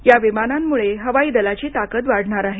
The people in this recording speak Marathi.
या विमानांमुळे हवाई दलाची ताकद वाढणार आहे